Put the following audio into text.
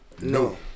No